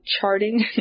charting